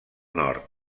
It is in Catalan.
nord